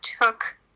took